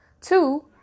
Two